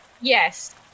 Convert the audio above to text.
Yes